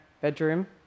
bedroom